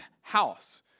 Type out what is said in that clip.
house